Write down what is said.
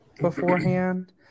beforehand